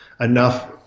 enough